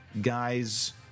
guys